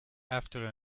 after